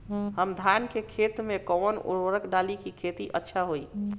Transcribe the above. हम धान के खेत में कवन उर्वरक डाली कि खेती अच्छा होई?